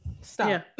Stop